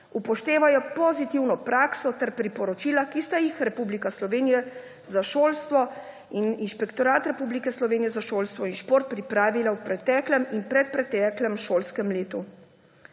upoštevajo pozitivno prakso ter priporočila, ki sta jih Zavod Republike Slovenije za šolstvo in Inšpektorat Republike Slovenije za šolstvo in šport pripravila v preteklem in predpreteklem šolskem letu.